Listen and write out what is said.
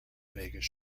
vegas